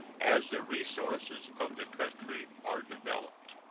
as the resources of the country are developed.